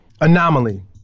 Anomaly